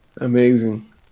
Amazing